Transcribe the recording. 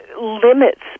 limits